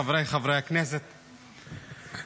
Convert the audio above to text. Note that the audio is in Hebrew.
חבריי חברי הכנסת -- תסתלבט,